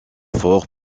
fort